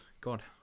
god